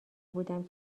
بودم